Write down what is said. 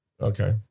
Okay